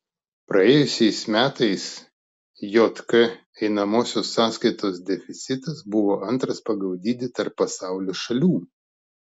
praėjusiais metais jk einamosios sąskaitos deficitas buvo antras pagal dydį tarp pasaulio šalių